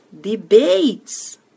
debates